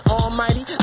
almighty